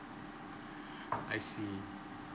I see